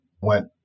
went